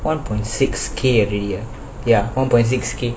one point six K every day ya one point six k